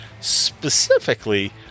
Specifically